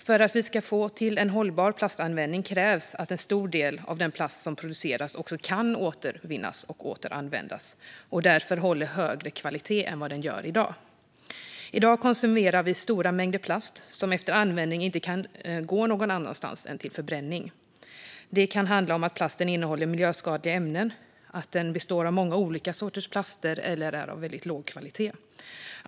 För att vi ska få till en hållbar plastanvändning krävs att en stor del av den plast som produceras kan återvinnas eller återanvändas och därför håller högre kvalitet än vad den gör i dag. I dag konsumerar vi stora mängder plast som efter användning inte kan gå någon annanstans än till förbränning. Det kan handla om att plasten innehåller miljöskadliga ämnen, att den består av många olika sorters plast eller att den är av väldigt låg kvalitet.